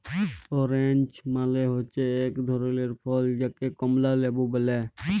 orange মালে হচ্যে এক ধরলের ফল যাকে কমলা লেবু ব্যলে